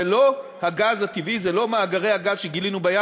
זה לא הגז הטבעי, זה לא מאגרי הגז שגילינו בים.